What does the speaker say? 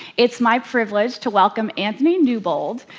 it's my privilege to welcome anthony newbold,